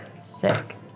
Sick